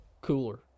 cooler